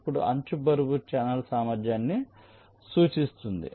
ఇప్పుడు అంచు బరువు ఛానెల్ సామర్థ్యాన్ని సూచిస్తుంది